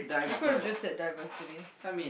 you could have just said diversity